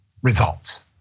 results